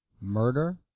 Murder